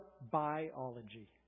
biology